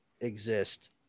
exist